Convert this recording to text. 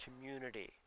community